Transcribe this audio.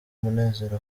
munezero